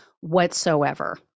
whatsoever